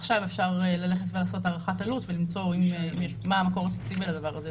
עכשיו אפשר ללכת לעשות הערכת עלות ולמצוא מה המקור התקציבי לדבר הזה,